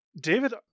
David